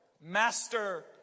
Master